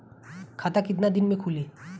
खाता कितना दिन में खुलि?